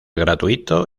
gratuito